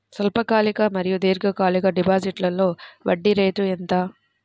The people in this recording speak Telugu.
స్వల్పకాలిక మరియు దీర్ఘకాలిక డిపోజిట్స్లో వడ్డీ రేటు ఎంత?